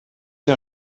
der